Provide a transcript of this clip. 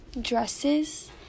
dresses